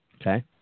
Okay